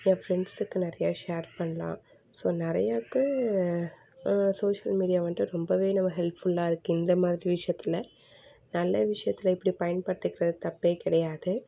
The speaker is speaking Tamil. என் ஃப்ரெண்ட்ஸுக்கு நிறையா ஷேர் பண்ணலாம் ஸோ நிறையாக்கு சோஷியல் மீடியா வந்துட்டு ரொம்பவே நம்ம ஹெல்ப்ஃபுல்லாக இருக்குது இந்த மாதிரி விஷயத்துல நல்ல விஷயத்துல இப்படி பயன்படுத்திக்கிறது தப்பே கிடையாது